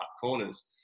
corners